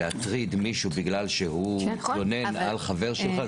להטריד מישהו בגלל שהוא התלונן על חבר שלך,